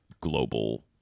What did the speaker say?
global